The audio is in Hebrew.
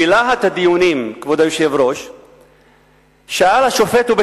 בלהט הדיונים שאל השופט,